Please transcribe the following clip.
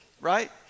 right